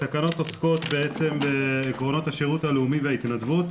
התקנות עוסקות בעקרונות השירות הלאומי וההתנדבות,